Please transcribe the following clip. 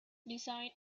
design